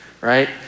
right